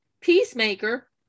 Peacemaker